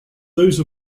those